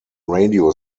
radio